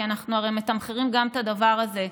כי הרי אנחנו מתמחרים גם את הדבר הזה,